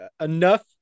Enough